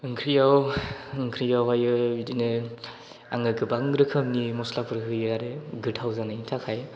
ओंख्रियावहाय बिदिनो आङो गोबां रोखोमनि मस्लाफोर होयो आरो गोथाव जानायनि थाखाय